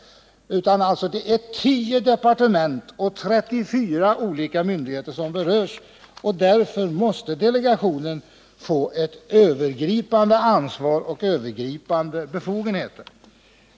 Eftersom det är 10 departement och 34 olika myndigheter som berörs måste delegationen få övergripande ansvar och övergripande befogenheter.